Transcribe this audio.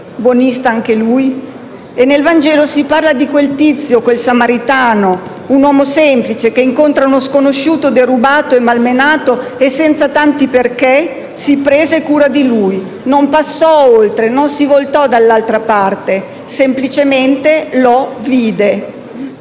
Buonista anche lui? E nel Vangelo si parla di quel tizio, quel samaritano, un uomo semplice che incontra uno sconosciuto derubato e malmenato e, senza tanti perché, si prese cura di lui. Non passò oltre. Non si voltò dall'altra parte. Semplicemente lo vide.